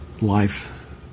life